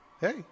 Hey